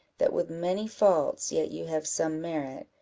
that, with many faults, yet you have some merit,